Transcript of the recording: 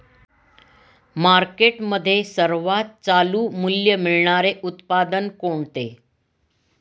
मार्केटमध्ये सर्वात चालू मूल्य मिळणारे उत्पादन कोणते?